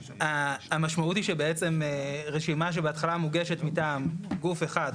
המשמעות היא שבעצם רשימה שבהתחלה מוגשת מטעם גוף אחד,